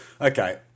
Okay